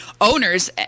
owners